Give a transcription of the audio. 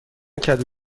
کدو